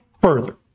further